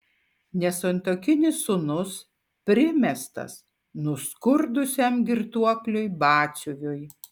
nesantuokinis sūnus primestas nuskurdusiam girtuokliui batsiuviui